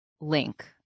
link